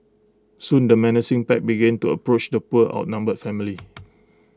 soon the menacing pack began to approach the poor outnumbered family